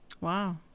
Wow